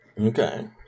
Okay